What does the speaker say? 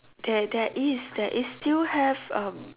there there is there is still have a